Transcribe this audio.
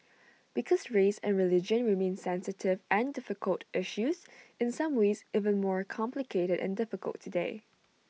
because race and religion remain sensitive and difficult issues in some ways even more complicated and difficult today